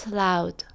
loud